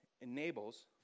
enables